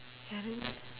ya then